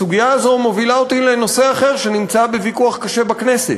הסוגיה הזו מובילה אותי לנושא אחר שנמצא בוויכוח קשה בכנסת,